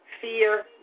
fear